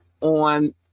on